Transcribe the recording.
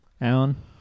Alan